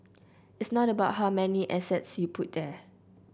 it's not about how many assets you put there